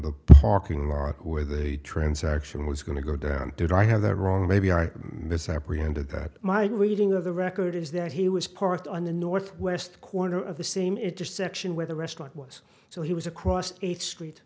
the parking lot where they transaction was going to go down did i have that wrong maybe i miss apprehended that my reading of the record is that he was parked on the northwest corner of the same intersection where the restaurant was so he was across the street